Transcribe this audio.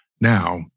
now